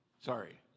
Sorry